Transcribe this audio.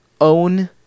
own